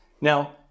Now